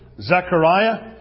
Zechariah